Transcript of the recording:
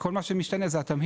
כל מה שמשתנה זה התמהיל,